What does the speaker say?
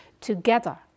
together